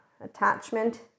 attachment